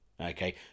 okay